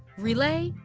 relay,